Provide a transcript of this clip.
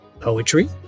poetry